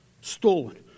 Stolen